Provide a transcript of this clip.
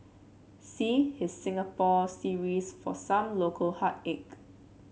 see his Singapore series for some local heartache